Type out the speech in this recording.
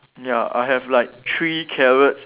ya I have like three carrots